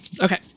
Okay